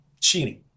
cheating